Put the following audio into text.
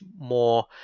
more